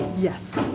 yes.